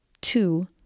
two